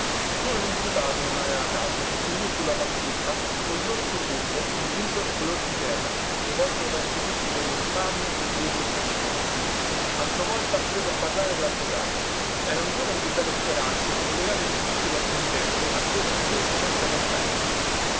solo limputato non aveva caldo seduto sulla sua panchetta col dorso curvo il viso color di terra rivolto verso tutte quelle infamie che gli rinfacciavano a sua volta prese a parlare lavvocato era un giovane di belle speranze delegato dufficio dal presidente a quella difesa senza compenso